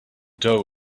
dough